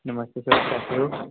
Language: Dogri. नमस्ते सर कैसे हो